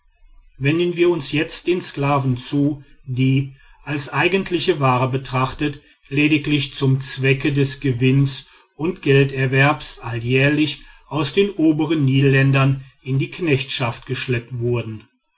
wenden wir uns jetzt den sklaven zu die als eigentliche ware betrachtet lediglich zum zwecke des gewinns und gelderwerbs alljährlich aus den obern nilländern in die knechtschaft geschleppt wurden